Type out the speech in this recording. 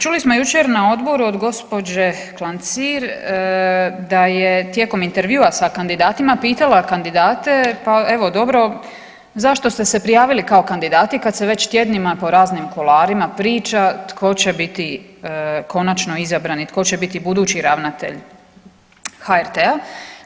Čuli smo jučer na odboru od gospođe Klancir da je tijekom intervjua sa kandidatima pitala kandidate pa evo dobro zašto ste se prijavili kao kandidati kad se već tjednima po raznim kuloarima priča tko će biti konačno izabrani, tko će biti budući ravnatelj HRT-a.